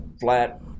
flat